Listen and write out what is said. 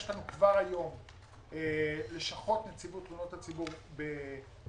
יש לנו כבר היום לשכות נציבות תלונות הציבור בלוד,